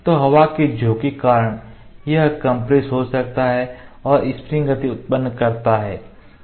तो हवा के झोंके के कारण यह कंप्रेस हो सकता है और स्प्रिंग गति उत्पन्न करता है और वह एक तरफ से दूसरी तरफ जा सकता है